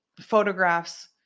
photographs